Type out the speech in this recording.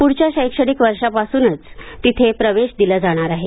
पुढच्या शैक्षणिक वर्षापासूनच तिथे प्रवेश दिला जाणार आहे